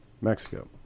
Mexico